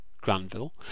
Granville